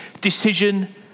decision